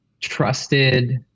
trusted